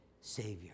Savior